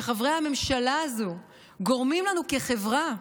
שחברי הממשלה הזאת גורמים לנו כחברה,